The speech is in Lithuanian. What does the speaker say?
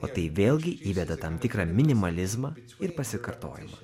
o tai vėlgi įveda tam tikrą minimalizmą ir pasikartojimą